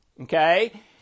Okay